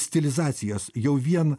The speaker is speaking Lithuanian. stilizacijas jau vien